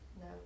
No